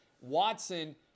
Watson